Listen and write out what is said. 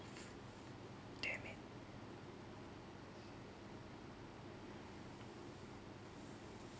damn it